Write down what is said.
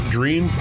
Dream